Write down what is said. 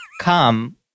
Come